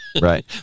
Right